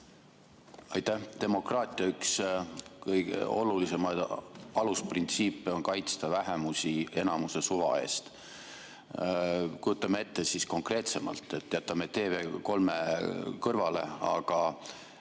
Aitäh! Demokraatia üks kõige olulisemaid alusprintsiipe on kaitsta vähemusi enamuse suva eest. Kujutame siis konkreetsemalt ette, jättes TV3 kõrvale, et